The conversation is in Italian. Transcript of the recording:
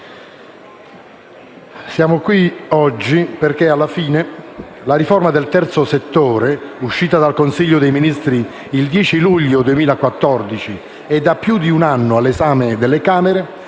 siamo qui oggi perché, alla fine, la riforma del terzo settore, uscita dal Consiglio dei ministri il 10 luglio 2014 e da più di un anno all'esame delle Camere,